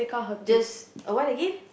just a what again